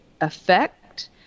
effect